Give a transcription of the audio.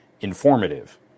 informative